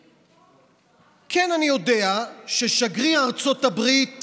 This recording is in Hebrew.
כן, אני יודע ששגריר ארצות הברית